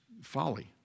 folly